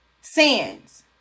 sins